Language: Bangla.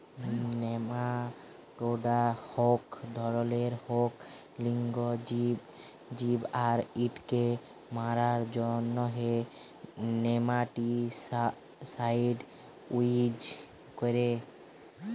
নেমাটোডা ইক ধরলের ইক লিঙ্গ জীব আর ইটকে মারার জ্যনহে নেমাটিসাইড ইউজ ক্যরে